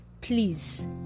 please